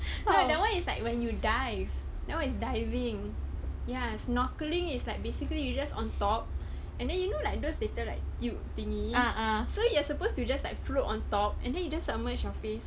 no lah that [one] is like when you dive that it's diving ya snorkeling is like basically you just on top and then you know like those little like cute thingy so you are supposed to just like float on top and then you just submerge your face